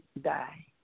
die